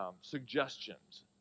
suggestions